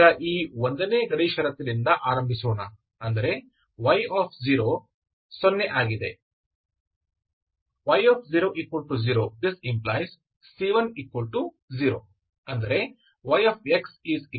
ಈಗ 1 ನೇ ಗಡಿ ಷರತ್ತಿನಿಂದ ಆರಂಭಿಸೋಣ ಅಂದರೆ y ಸೊನ್ನೆ ಆಗಿದೆ